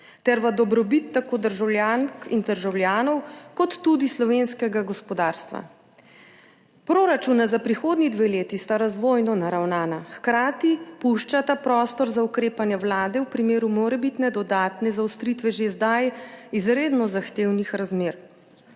ter v dobrobit tako državljank in državljanov kot tudi slovenskega gospodarstva. Proračuna za prihodnji dve leti sta razvojno naravnana, hkrati puščata prostor za ukrepanje Vlade v primeru morebitne dodatne zaostritve že zdaj izredno zahtevnih razmer.